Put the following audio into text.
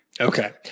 Okay